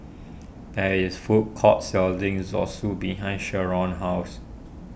there is food court selling Zosui behind Sheron's house